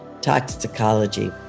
Toxicology